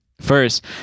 first